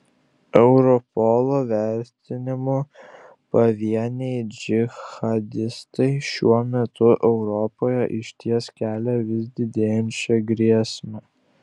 europolo vertinimu pavieniai džihadistai šiuo metu europoje išties kelia vis didėjančią grėsmę